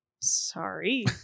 sorry